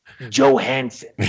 Johansson